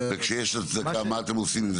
וכשיש הצדקה, מה אתם עושים?